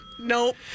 Nope